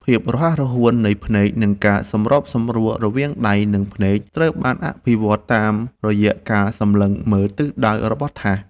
ភាពរហ័សរហួននៃភ្នែក និងការសម្របសម្រួលរវាងដៃ និងភ្នែកត្រូវបានអភិវឌ្ឍតាមរយៈការសម្លឹងមើលទិសដៅរបស់ថាស។